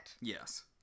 yes